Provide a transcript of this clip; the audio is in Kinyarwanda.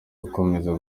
gukomeza